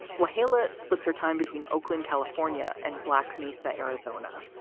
wahala splits her time between oakland, california, and black mesa, arizona.